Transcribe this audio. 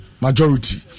Majority